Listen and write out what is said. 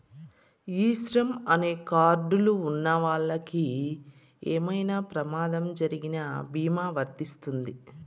ఈ శ్రమ్ అనే కార్డ్ లు ఉన్నవాళ్ళకి ఏమైనా ప్రమాదం జరిగిన భీమా వర్తిస్తుంది